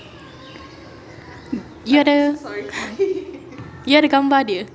you ada you ada gambar dia